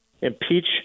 impeach